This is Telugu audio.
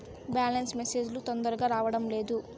బ్యాలెన్స్ మెసేజ్ లు తొందరగా రావడం లేదు?